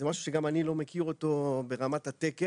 זה משהו שגם אני לא מכיר אותו ברמת התקן,